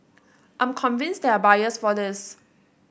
I'm convinced there are buyers for this